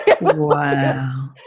Wow